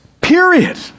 period